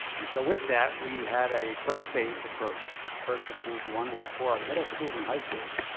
and so, with that, we had a first phase approach. the first approved one was for our middle schools and high schools.